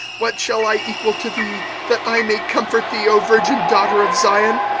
what shall i equal to thee, that i may comfort thee, o virgin daughter of zion?